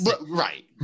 Right